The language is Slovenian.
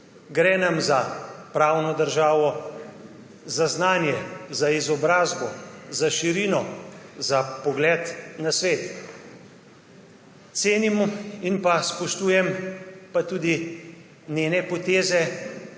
Gre nam za pravno državo, za znanje, za izobrazbo, za širino, za pogled na svet. Cenimo in spoštujem pa tudi njene poteze